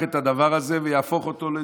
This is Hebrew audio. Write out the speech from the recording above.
את הדבר הזה ויהפוך אותו לזה,